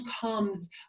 comes